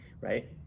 right